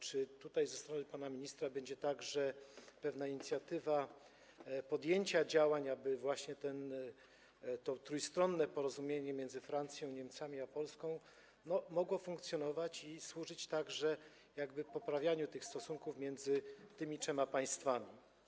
Czy tutaj ze strony pana ministra także będzie pewna inicjatywa podjęcia działań, aby właśnie to trójstronne porozumienie między Francją, Niemcami i Polską mogło funkcjonować i służyć także poprawianiu stosunków między tymi trzema państwami?